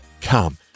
come